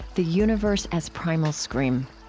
the universe as primal scream.